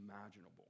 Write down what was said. imaginable